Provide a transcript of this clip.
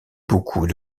beaucoup